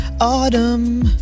autumn